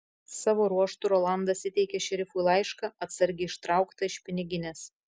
savo ruožtu rolandas įteikė šerifui laišką atsargiai ištrauktą iš piniginės